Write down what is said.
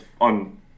on